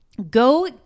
Go